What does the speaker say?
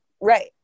right